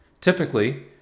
Typically